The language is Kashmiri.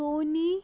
سونی